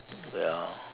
well